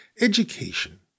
Education